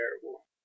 terrible